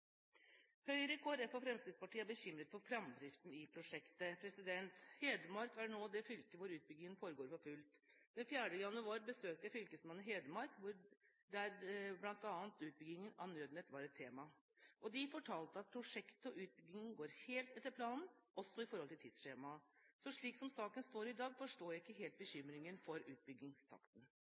Høyre, Kristelig Folkeparti og Fremskrittspartiet er bekymret for framdriften i prosjektet. Hedmark er nå det fylket hvor utbyggingen foregår for fullt. Den 4. januar besøkte jeg fylkesmannen i Hedmark, der bl.a. utbyggingen av Nødnett var et tema, og de fortalte at prosjektet og utbyggingen går helt etter planen, også i forhold til tidsskjema. Så slik som saken står i dag, forstår jeg ikke helt bekymringen for utbyggingstakten.